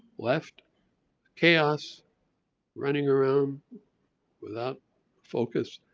left chaos running around without focus.